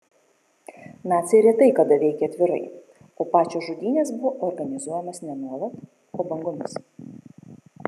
naciai retai kada veikė atvirai o pačios žudynės buvo organizuojamos ne nuolat o bangomis